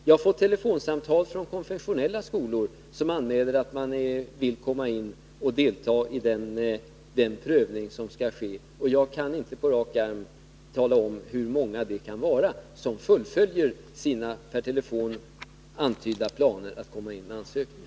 Jag har fått telefonsamtal även från konfessionella skolor som anmäler att de vill delta i den prövning som skall ske. Jag kan således inte på rak arm tala om hur många skolor det blir, som fullföljer sina per telefon antydda planer på att komma in med ansökningar.